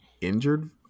injured